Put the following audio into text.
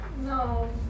No